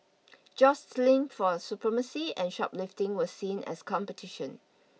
jostling for supremacy and shoplifting were seen as competition